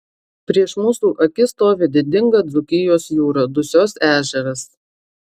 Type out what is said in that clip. prieš mūsų akis stovi didinga dzūkijos jūra dusios ežeras